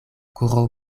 koro